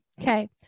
Okay